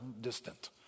distant